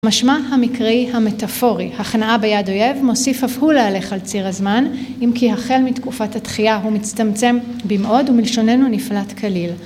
המשמע המקראי המטאפורי, הכנעה ביד אויב מוסיף אף הוא להלך על ציר הזמן, אם כי החל מתקופת התחייה הוא מצטמצם במאוד ומלשוננו נפלט כליל